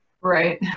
Right